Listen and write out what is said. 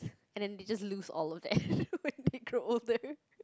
and then they just lose all of that when they grow older